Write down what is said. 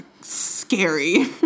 scary